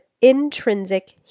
intrinsic